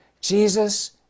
jesus